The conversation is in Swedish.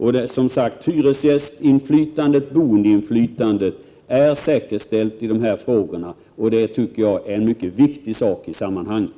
Hyresgästinflytandet, boendeinflytandet, är säkerställt på detta område — det är en mycket viktig sak i sammanhanget.